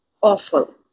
awful